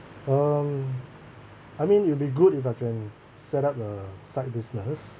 um I mean it'll be good if I can set up a side business